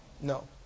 no